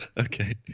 Okay